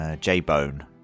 J-Bone